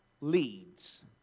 leads